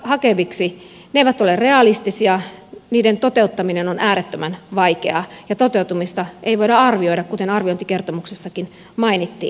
ne eivät ole realistisia niiden toteuttaminen on äärettömän vaikeaa ja toteutumista ei voida arvioida kuten arviointikertomuksessakin mainittiin